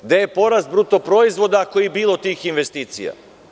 Gde je poraz bruto proizvoda, ako je bilo tih investicija?